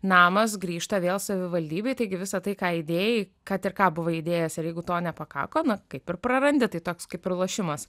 namas grįžta vėl savivaldybei taigi visa tai ką įdėjai kad ir ką buvau įdėjęs ir jeigu to nepakako na kaip ir prarandi tai toks kaip ir lošimas